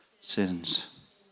sins